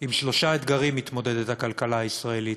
עם שלושה אתגרים מתמודדת הכלכלה הישראלית: